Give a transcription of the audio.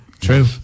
True